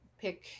pick